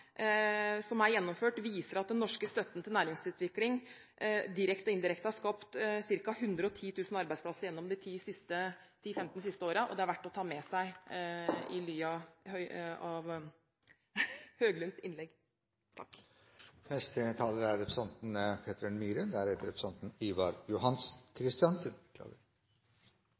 som er gjennomført, viser at den norske støtten til næringsutvikling direkte og indirekte har skapt ca. 110 000 arbeidsplasser i løpet av de 10–15 siste årene. Det er verdt å ta med seg i ly av Høglunds innlegg.